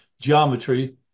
geometry